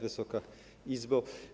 Wysoka Izbo!